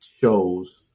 shows